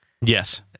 Yes